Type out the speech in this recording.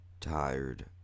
tired